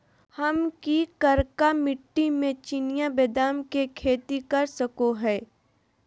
हम की करका मिट्टी में चिनिया बेदाम के खेती कर सको है?